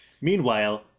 Meanwhile